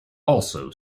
also